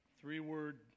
three-word